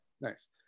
Nice